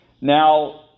Now